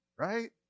right